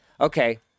Okay